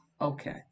okay